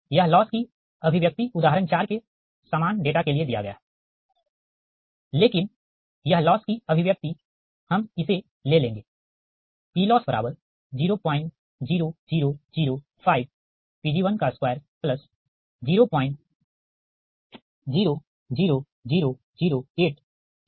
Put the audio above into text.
यह लॉस की अभिव्यक्ति उदाहरण चार के समान डेटा के लिए दिया गया है लेकिन यह लॉस की अभिव्यक्ति हम इसे ले लेंगे PLoss00005Pg12000008Pg22